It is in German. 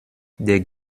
der